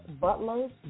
butlers